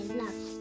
love